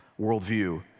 worldview